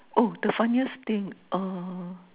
oh the funniest thing uh